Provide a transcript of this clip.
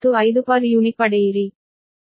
95 per unit ಪಡೆಯಿರಿ